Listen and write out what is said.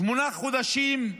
שמונה חודשים,